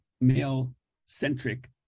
male-centric